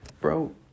bro